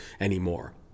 anymore